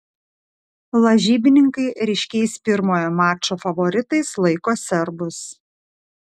lažybininkai ryškiais pirmojo mačo favoritais laiko serbus